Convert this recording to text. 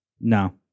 No